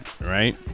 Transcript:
right